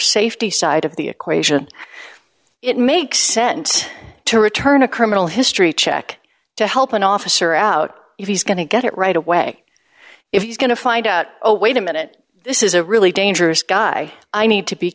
safety side of the equation it makes sense to return a criminal history check to help an officer out if he's going to get it right away if he's going to find out oh wait a minute this is a really dangerous guy i need to be